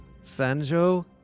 Sanjo